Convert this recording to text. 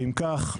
ואם כך,